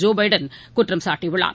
Joe Biden குற்றம் சாட்டியுள்ளார்